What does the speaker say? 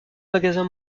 magasin